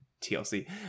TLC